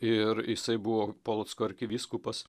ir jisai buvo polocko arkivyskupas